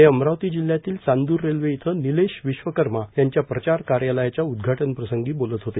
ते अमरावती जिल्ह्यातील चांद्र रेल्वे इथं निलेश विश्वकर्मा यांच्या प्रचार कार्यालयाच्या उद्घाटनप्रसंगी बोलत होते